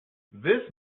this